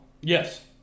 Yes